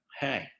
Hey